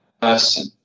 person